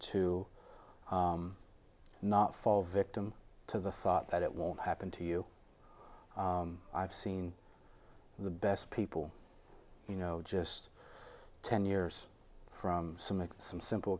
to not fall victim to the thought that it will happen to you i've seen the best people you know just ten years from some of some simple